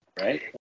Right